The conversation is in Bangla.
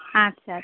আচ্ছা